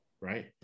Right